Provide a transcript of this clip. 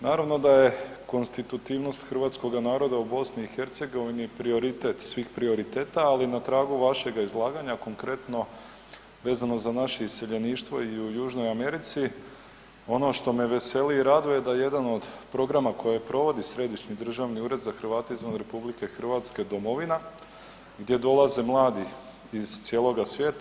Naravno da je konstitutivnost Hrvatskoga naroda u BiH prioritet svih prioriteta, ali na tragu vašega izlaganja konkretno vezano za naše iseljeništvo i u južnoj Americi ono što me veseli i raduje da jedan od programa kojeg provodi Središnji državni ured za Hrvate izvan RH domovina, gdje dolaze mladi iz cijeloga svijeta.